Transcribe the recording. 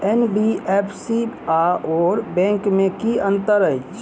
NBFC आओर bank मे की अंतर अछि?